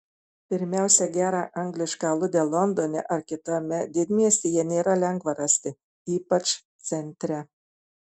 pirmiausia gerą anglišką aludę londone ar kitame didmiestyje nėra lengva rasti ypač centre